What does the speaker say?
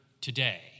today